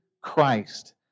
Christ